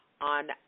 on